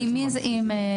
עם מי?